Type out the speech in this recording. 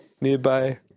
nearby